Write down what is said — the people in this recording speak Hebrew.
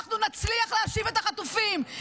אנחנו נצליח להשיב את החטופים.